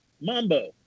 Mambo